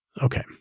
Okay